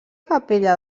capella